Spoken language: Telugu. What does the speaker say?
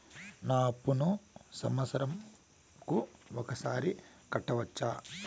నా అప్పును సంవత్సరంకు ఒకసారి కట్టవచ్చా?